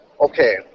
okay